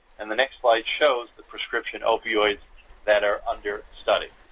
and the next slide shows the prescription opioids that are under study.